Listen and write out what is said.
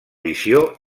visió